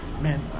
man